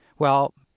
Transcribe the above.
well,